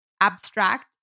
abstract